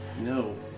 No